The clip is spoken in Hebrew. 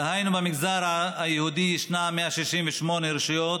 דהיינו, במגזר היהודי יש 168 רשויות,